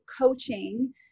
coaching